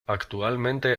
actualmente